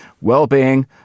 well-being